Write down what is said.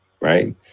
right